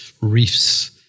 reefs